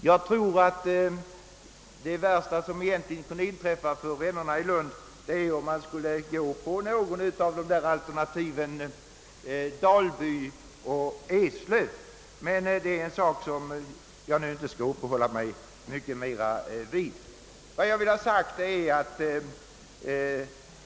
Jag tror att det värsta som kunde inträffa för vännerna i Lund vore om man skulle godta något av alternativen Dalby och Eslöv, men det är en sak som jag inte skall uppehålla mig så mycket vid.